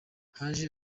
haje